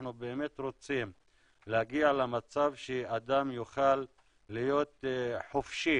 אנחנו באמת רוצים להגיע למצב שאדם יוכל להיות חופשי